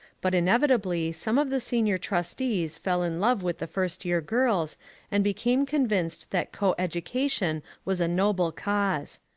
but inevitably some of the senior trustees fell in love with the first year girls and became convinced that coeducation was a noble cause.